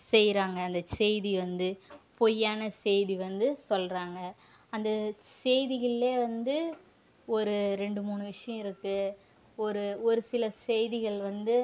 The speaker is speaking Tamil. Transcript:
செய்கிறாங்க அந்த செய்தி வந்து பொய்யான செய்தி வந்து சொல்கிறாங்க அந்த செய்திகளில் வந்து ஒரு ரெண்டு மூணு விஷயம் இருக்குது ஒரு ஒரு சில செய்திகள் வந்து